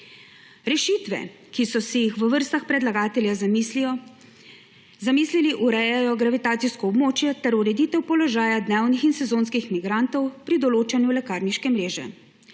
Rešitve, ki so si jih v vrstah predlagatelja zamislili, urejajo gravitacijsko območje ter ureditev položaja dnevnih in sezonskih migrantov pri določanju lekarniške mreže.